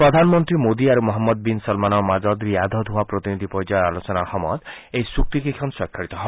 প্ৰধান মন্ত্ৰী মোডী আৰু মহম্মদ বিন্ চলমানৰ মাজত ৰিয়াৰ্ধত হোৱা প্ৰতিনিধি পৰ্যায়ৰ আলোচনাৰ সময়ত এই চূক্তিকেইখন স্বাক্ষৰিত হয়